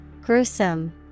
Gruesome